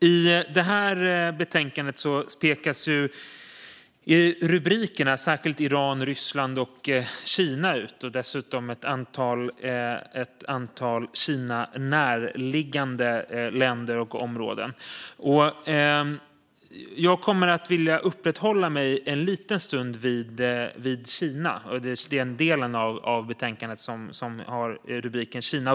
I det här betänkandet pekas i rubrikerna särskilt Iran, Ryssland och Kina ut liksom ett antal Kina närliggande länder och områden. Jag kommer att uppehålla mig en liten stund vid den del av betänkandet som har rubriken "Kina".